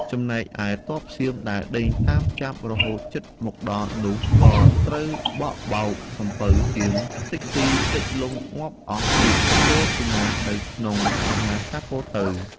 ចំណែកឯទ័ពសៀមដែលដេញតាមចាប់រហូតជិតមកដល់នោះក៏ត្រូវបក់បោកសំពៅសៀមខ្ទេចខ្ចីលិចលង់ងាប់អស់ពួកពលសេនានៅក្នុងមហាសាគរទៅ។